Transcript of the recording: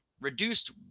reduced